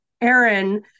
Aaron